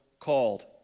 called